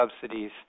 subsidies